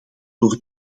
door